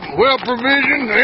well-provisioned